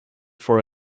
for